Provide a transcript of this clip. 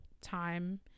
time